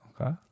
Okay